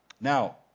Now